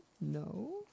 No